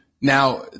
Now